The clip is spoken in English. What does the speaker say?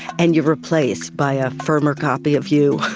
and you're replaced by a firmer copy of you.